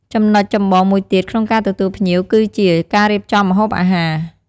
ចំណុចចម្បងមួយទៀតក្នុងការទទួលភ្ញៀវគឺជា ការរៀបចំម្ហូបអាហារ។